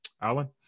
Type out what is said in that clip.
Alan